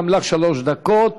וגם לך שלוש דקות